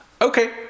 Okay